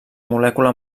molècula